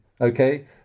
okay